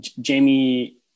Jamie